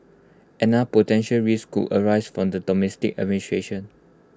another potential risk could arise from the domestic administration